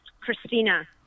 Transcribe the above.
Christina